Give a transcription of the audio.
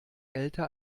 älter